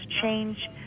change